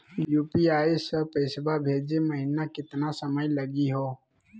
UPI स पैसवा भेजै महिना केतना समय लगही हो?